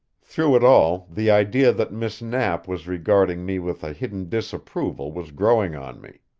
through it all the idea that miss knapp was regarding me with a hidden disapproval was growing on me.